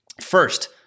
First